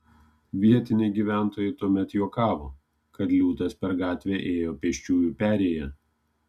vietiniai gyventojai tuomet juokavo kad liūtas per gatvę ėjo pėsčiųjų perėja